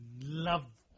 love